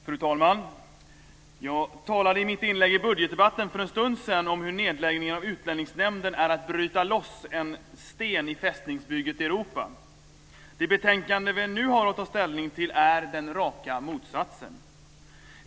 Fru talman! Jag talade i mitt inlägg i budgetdebatten för en stund sedan om hur nedläggningen av Utlänningsnämnden är att bryta loss en sten i Fästningsbygget Europa. Det betänkande vi nu har att ta ställning till är den raka motsatsen.